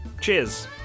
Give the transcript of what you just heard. Cheers